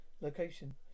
location